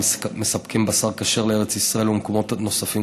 שמספקים בשר כשר לארץ ישראל ולמקומות נוספים,